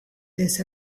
this